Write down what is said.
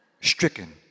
stricken